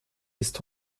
ist